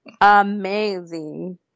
Amazing